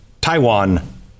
Taiwan